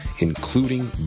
including